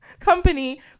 company